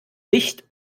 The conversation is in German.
wicht